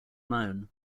known